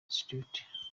institute